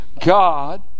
God